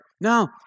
No